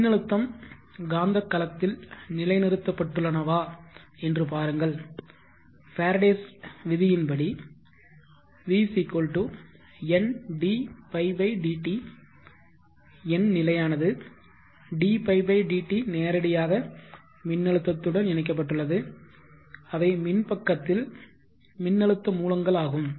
மின்னழுத்தம் காந்தக் களத்தில் நிலைநிறுத்தப்பட்டுள்ளனவா என்று பாருங்கள் ஃபாரடேஸ் விதியின் படி v N dϕ dt N நிலையானது dϕ dt நேரடியாக மின்னழுத்தத்துடன் இணைக்கப்பட்டுள்ளதுஅவை மின் பக்கத்தில் மின்னழுத்த மூலங்கள் ஆகும்